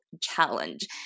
challenge